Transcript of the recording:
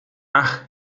ach